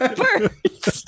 birds